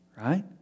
right